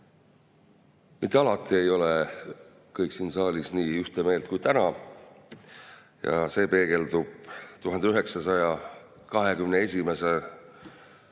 Mitte alati ei ole kõik siin saalis nii ühte meelt kui täna. Ja see peegeldub 1921.